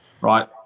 right